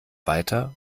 weiter